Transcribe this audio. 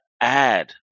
add